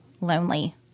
lonely